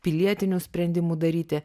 pilietinių sprendimų daryti